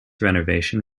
renovation